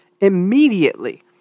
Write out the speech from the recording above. immediately